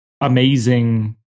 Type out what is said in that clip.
amazing